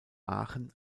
aachen